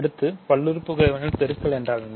அடுத்து பல்லுறுப்புக்கோவையின் பெருக்கல் என்றால் என்ன